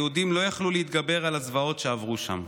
היהודים לא יכלו להתגבר על הזוועות שעברו שם.